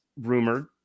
rumored